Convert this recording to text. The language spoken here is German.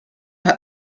hat